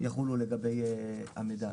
יחולו לגבי המידע הזה.